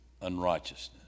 unrighteousness